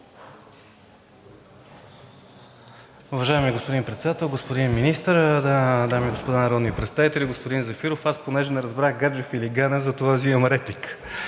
Уважаеми господин Председател, господин Министър, дами и господа народни представители! Господин Зафиров, аз понеже не разбрах Гаджев или Ганев, затова взимам реплика.